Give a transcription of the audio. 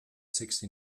sixty